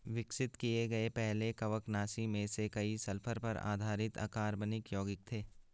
विकसित किए गए पहले कवकनाशी में से कई सल्फर पर आधारित अकार्बनिक यौगिक थे